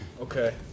Okay